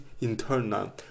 internal